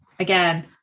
again